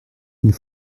une